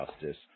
Justice